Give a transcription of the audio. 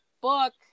book